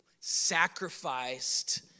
sacrificed